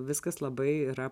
viskas labai yra